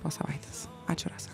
po savaitės ačiū rasa